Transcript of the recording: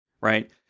right